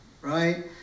right